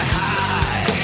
high